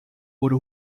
wurde